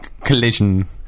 collision